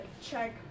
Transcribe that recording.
check